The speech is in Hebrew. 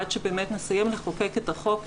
עד שנסיים לחוקק את החוק,